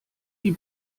die